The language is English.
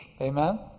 Amen